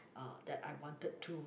uh that I wanted to